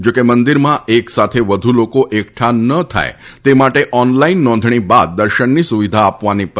જોકે મંદિરમાં એક સાથે વધુ લોકો એકઠા ન થાય તે માટે ઓનલાઇન નોંધણી બાદ દર્શનની સુવિધા આપવાની પધ્ધતિ ચાલુ રખાશે